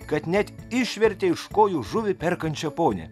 kad net išvertė iš kojų žuvį perkančią ponią